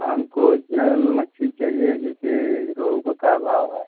हमको मछली चाहिए जिसे रोहू क क्या भाव है